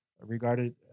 regarded